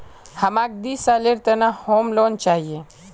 हमाक दी सालेर त न होम लोन चाहिए